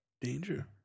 danger